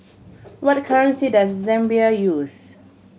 what currency does Zambia use